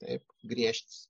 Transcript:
taip griežtis